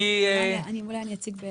אולי אני אציג?